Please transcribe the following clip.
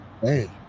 Hey